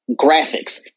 graphics